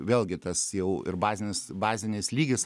vėlgi tas jau ir bazinis bazinis lygis